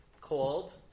called